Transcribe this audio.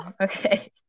Okay